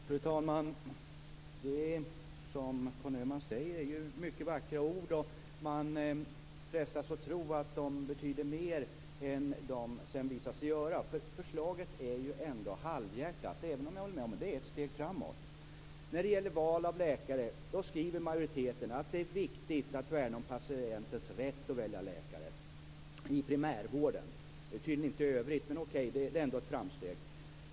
Fru talman! Det som Conny Öhman säger är mycket vackra ord. Man frestas att tro att de betyder mer än vad de sedan visar sig göra. Förslaget är halvhjärtat, även om jag håller med om att det är ett steg framåt. När det gäller val av läkare skriver majoriteten att det är viktigt att värna om patientens rätt att välja läkare i primärvården. Det gäller tydligen inte i övrigt, men, okej, det är ändå ett framsteg.